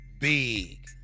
Big